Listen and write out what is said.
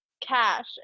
cash